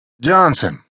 Johnson